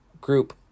group